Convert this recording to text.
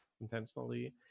intentionally